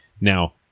Now